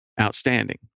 outstanding